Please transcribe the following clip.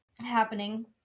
happening